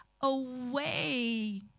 away